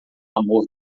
amor